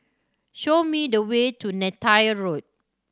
show me the way to Neythai Road